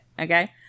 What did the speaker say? okay